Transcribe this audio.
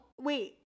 wait